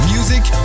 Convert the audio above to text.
Music